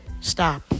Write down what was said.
Stop